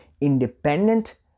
independent